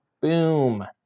Boom